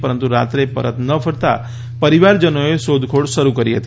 પરંતુ રાત્રે પરત ન ફરતા પરિવારજનોએ શોધખોળ શરૂ કરી હતી